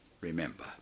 Remember